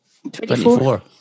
Twenty-four